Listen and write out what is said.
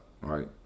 right